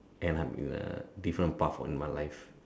and I'm uh different path on my life